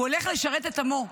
הוא הולך לשרת את עמו,